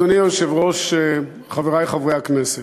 אדוני היושב-ראש, חברי חברי הכנסת,